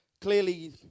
clearly